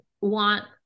want